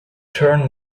turn